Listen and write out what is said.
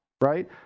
right